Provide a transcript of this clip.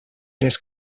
les